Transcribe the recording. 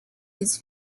his